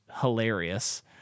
hilarious